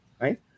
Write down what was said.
right